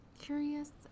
curious